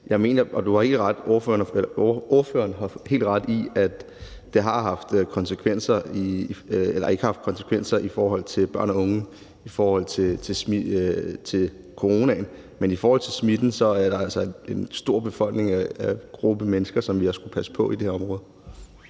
Ordføreren har helt ret i, at det ikke har haft en effekt for børn og unge i forhold til coronaen. Men i forhold til smitten er der altså en stor befolkningsgruppe, som vi har skullet passe på på det her område.